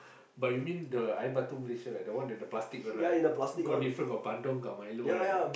but you mean the air batu Malaysia the one the plastic one right got different got bandung got milo right